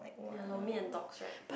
ya Lommy and Dorcas right